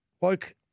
Woke